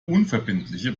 unverbindliche